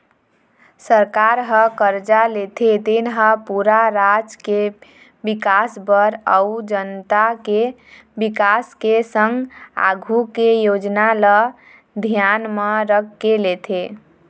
सरकार ह करजा लेथे तेन हा पूरा राज के बिकास बर अउ जनता के बिकास के संग आघु के योजना ल धियान म रखके लेथे